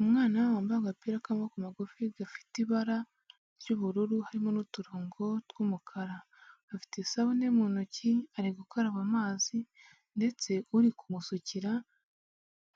Umwana wambaye agapira k'amaboko magufi gafite ibara ry'ubururu harimo n'uturongo tw'umukara, afite isabune mu ntoki ari gukaraba amazi ndetse uri kumusukira